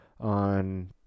on